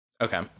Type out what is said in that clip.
Okay